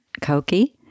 Cokie